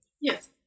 Yes